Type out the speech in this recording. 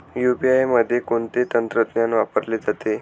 UPI मध्ये कोणते तंत्रज्ञान वापरले जाते?